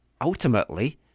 ultimately